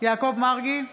יעקב מרגי,